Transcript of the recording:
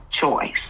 choice